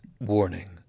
Warning